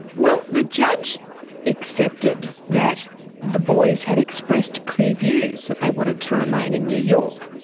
well, the judge accepted that the boys had expressed clear views that they wanted to remain in new york.